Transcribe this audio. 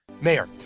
mayor